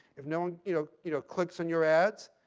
if no one you know you know clicks on your ads,